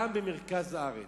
גם במרכז הארץ.